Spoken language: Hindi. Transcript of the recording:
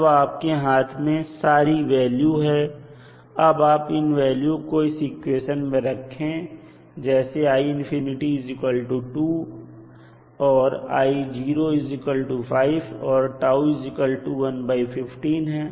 अब आपके हाथ में सारी वैल्यू हैं अब आप इन वैल्यू को इस इक्वेशन में रखें जैसे 2 है और i5 है और 115 है